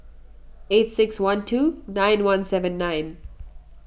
eight six one two nine one seven nine